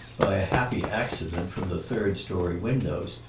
by a happy accident, from the third-story windows,